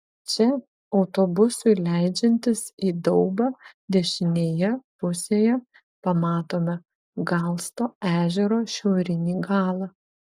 čia autobusui leidžiantis į daubą dešinėje pusėje pamatome galsto ežero šiaurinį galą